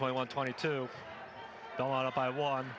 twenty one twenty two don't wanna buy one